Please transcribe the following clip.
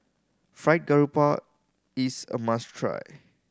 Fried Garoupa is a must try